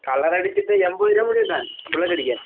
colour അടിച്ചിട്ട് എൻബത് രൂപ മുടി വെട്ടാൻ മുല്ലെറ്റ് അടിക്കാൻ